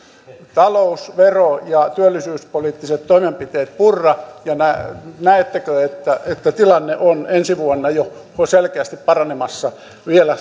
talous vero ja työllisyyspoliittiset toimenpiteet purra ja näettekö että että tilanne on ensi vuonna jo selkeästi paranemassa vielä